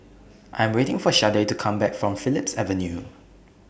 I Am waiting For Shardae to Come Back from Phillips Avenue